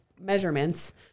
measurements